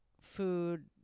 food